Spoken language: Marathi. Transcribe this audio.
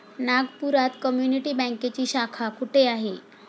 नागपुरात कम्युनिटी बँकेची शाखा कुठे आहे?